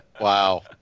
Wow